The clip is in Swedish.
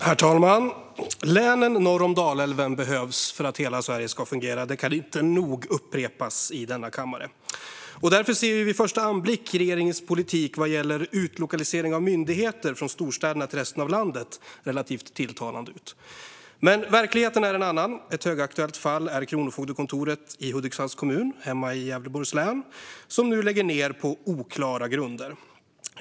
Herr talman! Länen norr om Dalälven behövs för att hela Sverige ska fungera. Det kan inte nog upprepas i denna kammare, och därför ser vid en första anblick regeringens politik vad gäller utlokalisering av myndigheter från storstäderna till resten av landet relativt tilltalande ut. Verkligheten är dock en annan. Ett högaktuellt fall är kronofogdekontoret i Hudiksvalls kommun i mitt hemlän Gävleborg som nu lägger ned på oklara grunder.